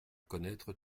connaître